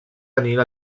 tenir